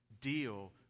deal